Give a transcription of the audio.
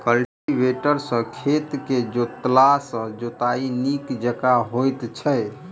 cultivator सॅ खेत के जोतला सॅ जोताइ नीक जकाँ होइत छै